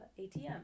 ATM